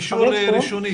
אישור ראשוני,